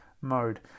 mode